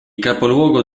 capoluogo